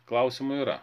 klausimų yra